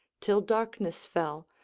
till darkness fell,